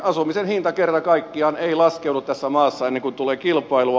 asumisen hinta kerta kaikkiaan ei laskeudu tässä maassa ennen kuin tulee kilpailua